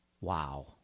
Wow